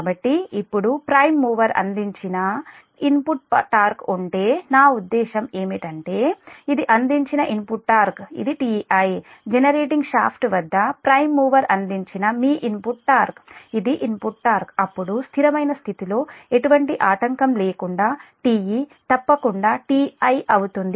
కాబట్టి ఇప్పుడు prime mover అందించిన ఇన్పుట్ టార్క్ ఉంటే నా ఉద్దేశ్యం ఏమిటంటే ఇది అందించిన ఇన్పుట్ టార్క్ ఇది Ti జనరేటింగ్ షాఫ్ట్ వద్ద ప్రైమ్ మూవర్ అందించిన మీ ఇన్పుట్ టార్క్ ఇది ఇన్పుట్ టార్క్ అప్పుడు స్థిరమైన స్థితిలో ఎటువంటి ఆటంకం లేకుంటే Te తప్పకుండా Ti అవుతుంది